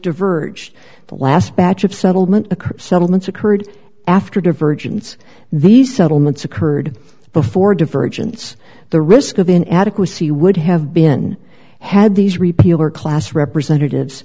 diverge the last batch of settlement settlements occurred after divergence these settlements occurred before divergence the risk of in adequacy would have been had these repeal or class representatives